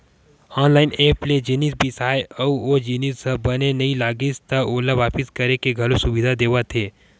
online app ले जिनिस बिसाबे अउ ओ जिनिस ह बने नइ लागिस त ओला वापिस करे के घलो सुबिधा देवत हे